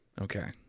Okay